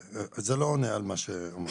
זה לא עונה על מה שאמרתי.